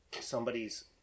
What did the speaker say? somebody's